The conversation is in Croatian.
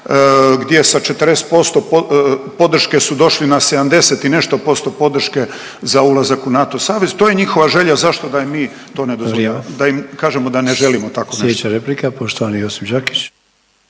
gdje sa 40% podrške su došli na 70 i nešto posto podrške za ulazak u NATO savez. To je njihova želja zašto da im mi to ne dozvoljavamo …/Upadica: Vrijeme./… da im kažemo da ne želimo tako nešto. **Sanader, Ante (HDZ)** Slijedeća replika, poštovani Josip Đakić.